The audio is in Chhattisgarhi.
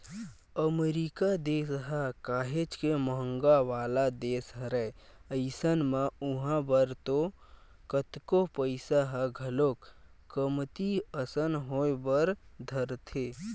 अमरीका देस ह काहेच के महंगा वाला देस हरय अइसन म उहाँ बर तो कतको पइसा ह घलोक कमती असन होय बर धरथे